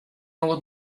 något